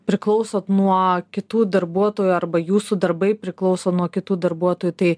priklausot nuo kitų darbuotojų arba jūsų darbai priklauso nuo kitų darbuotojų tai